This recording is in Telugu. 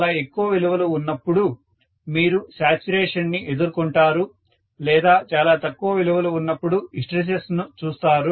చాలా ఎక్కువ విలువలు ఉన్నపుడు మీరు శాచ్యురేషన్ ని ఎదుర్కొంటారు లేదా చాలా తక్కువ విలువలు ఉన్నపుడు హిస్టెరిసిస్ ను చూస్తారు